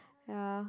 ya